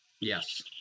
Yes